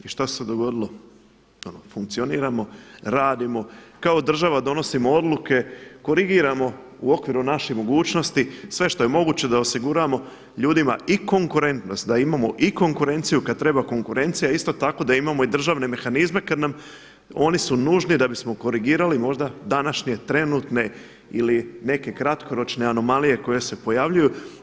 I što se dogodilo, funkcioniramo, radimo, kao država donosimo odluke, korigiramo u okviru naših mogućnosti sve što je moguće da osiguramo ljudima i konkurentnost, da imamo i konkurenciju kada treba konkurencija, isto tako da imamo i državne mehanizme kada nam, oni su nužni da bismo korigirali možda današnje trenutne ili neke kratkoročne anomalije koje se pojavljuju.